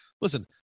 listen